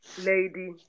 lady